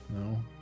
No